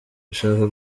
dushaka